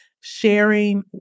Sharing